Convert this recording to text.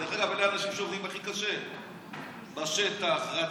דרך אגב, אלה האנשים שעובדים הכי קשה בשטח, רצים.